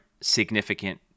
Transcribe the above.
significant